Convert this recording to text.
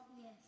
Yes